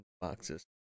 boxes